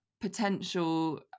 potential